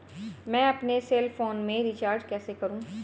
मैं अपने cell phone में रिचार्ज कैसे करूँ?